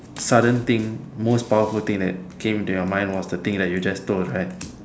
sudden thing most powerful thing that came into your mind was the thing you just told right